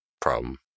problem